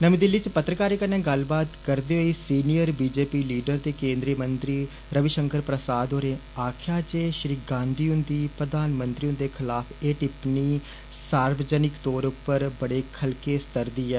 नमीं दिल्ली च पत्रकारें कन्नै गल्लबात करदे होई senior B J P leader ते केन्द्रीय मंत्री रवि षंकर प्रसाद होरें आक्खेआ जे श्री गांधी हुन्दी प्रधानमंत्री हुन्दे खलाफ एह् टिप्पणी सार्वजनिक तौर उप्पर बड़े खलके स्तर दी ऐ